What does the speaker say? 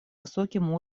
высоким